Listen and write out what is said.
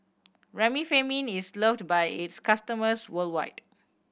Remifemin is loved by its customers worldwide